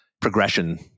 progression